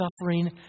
suffering